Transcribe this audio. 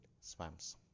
swamps